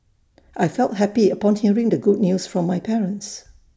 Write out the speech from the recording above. I felt happy upon hearing the good news from my parents